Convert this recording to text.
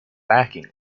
backing